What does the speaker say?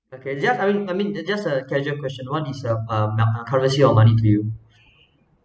okay just I mean I mean just a casual question what is um currency of money to you